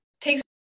takes